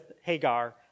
Hagar